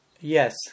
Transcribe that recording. yes